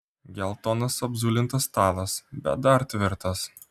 geltonas apzulintas stalas bet dar tvirtas